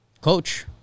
coach